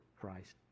Christ